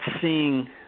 seeing